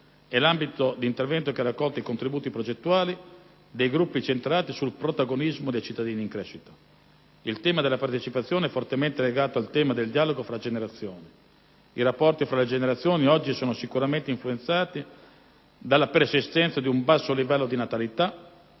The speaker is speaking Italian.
è l'ambito di intervento che ha raccolto i contributi progettuali dei gruppi centrati sul protagonismo dei cittadini in crescita. Il tema della partecipazione è fortemente legato al tema del dialogo fra generazioni. I rapporti tra le generazioni, oggi, sono sicuramente influenzati dalla persistenza di un basso livello di natalità,